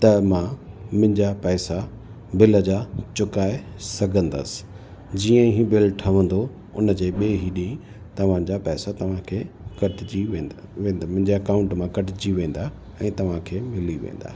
त मां मुंहिंजा पैसा बिल जा चुकाए सघंदसि जीअं ई बिल ठहंदो उनजे ॿिए ई ॾींहुं तव्हांजा पैसा तव्हांखे कटजी वेंदा वेंदा मुंहिंजे अकाउंट मां कटजी वेंदा ऐं तव्हांखे मिली वेंदा